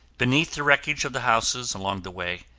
beneath the wreckage of the houses along the way,